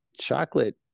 chocolate